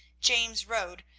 james rode,